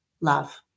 love